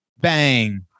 Bang